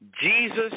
Jesus